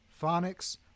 phonics